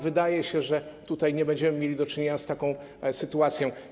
Wydaje się, że tutaj nie będziemy mieli do czynienia z taką sytuacją.